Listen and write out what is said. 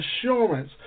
assurance